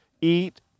eat